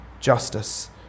justice